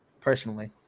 personally